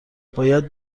باید